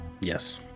Yes